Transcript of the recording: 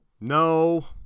No